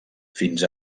fins